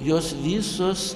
jos visos